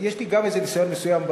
גם לי יש איזה ניסיון מסוים,